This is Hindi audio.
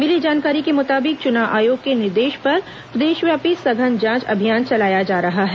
मिली जानकारी के मुताबिक चुनाव आयोग के निर्देश पर प्रदेशव्यापी सघन जांच अभियान चलाया जा रहा है